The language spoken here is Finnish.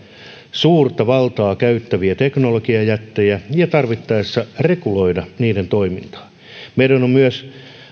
suurta valtaa käyttäviltä teknologiajäteiltä ja tarvittaessa reguloida niiden toimintaa meidän on myös